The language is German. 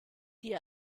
die